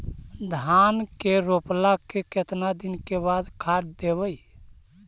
धान के रोपला के केतना दिन के बाद खाद देबै?